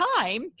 time